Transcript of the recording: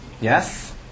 Yes